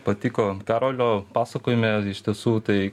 patiko karolio pasakojime iš tiesų tai